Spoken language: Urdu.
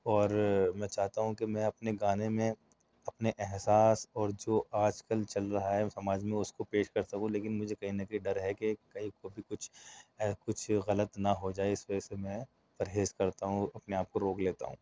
اور میں چاہتا ہوں کہ میں اپنے گانے میں اپنے احساس اور جو آج کل چل رہا ہے سماج میں اس کو پیش کر سکوں لیکن مجھے کہیں نہ کہیں ڈر ہے کہ کہیں کافی کچھ کچھ غلط نہ ہو جائے اس وجہ سے میں پرہیز کرتا ہوں اور اپنے آپ کو روک لیتا ہوں